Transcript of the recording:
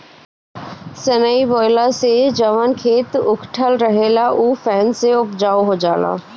सनई बोअला से जवन खेत उकठल रहेला उ फेन से उपजाऊ हो जाला